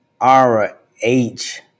R-H